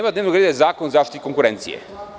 Tema dnevnog reda je Zakon o zaštiti konkurencije.